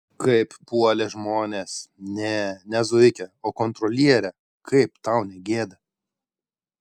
kaip puolė žmonės ne ne zuikę o kontrolierę kaip tau negėda